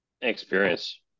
experience